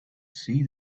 see